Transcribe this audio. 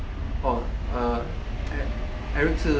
oh eric 是